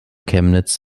chemnitz